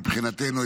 מבחינתנו,